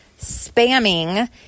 spamming